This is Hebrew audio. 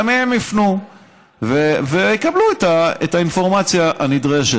גם הם יפנו ויקבלו את האינפורמציה הנדרשת.